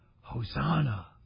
Hosanna